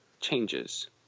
changes